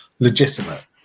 Legitimate